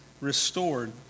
restored